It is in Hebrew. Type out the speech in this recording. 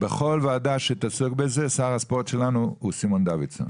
בכל ועדה שתעסוק בזה שר הספורט שלנו הוא סימון דוידסון,